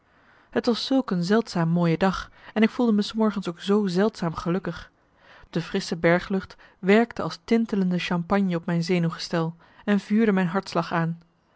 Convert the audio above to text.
het was zulk een zeldzaam mooie dag en ik voelde me s morgens ook zoo zeldzaam gelukkig de frissche berglucht werkte als tintelende champagne op mijn zenuwgestel en vuurde mijn hartslag aan